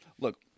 look